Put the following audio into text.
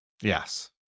Yes